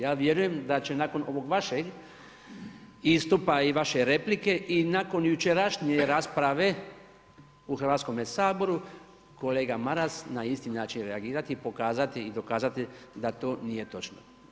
Ja vjerujem da će nakon ovog vašeg istupa i vaše replike i nakon jučerašnje rasprave u Hrvatskome saboru, kolega Maras na isti način reagirati i pokazati i dokazati da to nije točno.